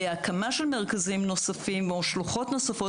להקמה של מרכזים נוספים או שלוחות נוספות,